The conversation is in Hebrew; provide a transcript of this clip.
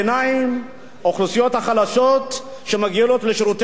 האוכלוסיות החלשות שמגיעות לשירותי הרווחה ברשויות,